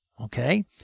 Okay